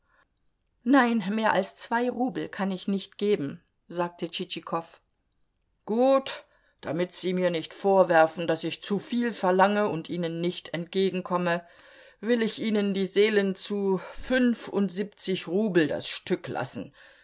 nein mehr als zwei rubel kann ich nicht geben sagte tschitschikow gut damit sie mir nicht vorwerfen daß ich zuviel verlange und ihnen nicht entgegenkomme will ich ihnen die seelen zu fünfundsiebzig rubel das stück lassen